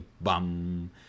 bum